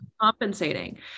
compensating